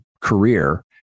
career